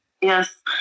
Yes